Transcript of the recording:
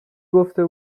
گفته